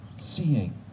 seeing